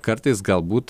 kartais galbūt